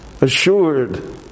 assured